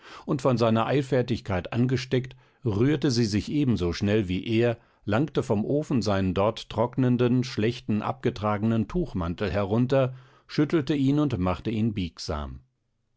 und von seiner eilfertigkeit angesteckt rührte sie sich ebenso schnell wie er langte vom ofen seinen dort trocknenden schlechten abgetragenen tuchmantel herunter schüttelte ihn und machte ihn biegsam